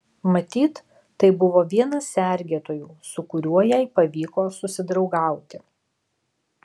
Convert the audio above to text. matyt tai buvo vienas sergėtojų su kuriuo jai pavyko susidraugauti